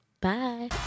Bye